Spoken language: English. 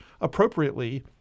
appropriately